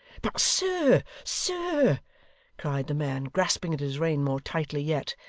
but sir sir cried the man, grasping at his rein more tightly yet,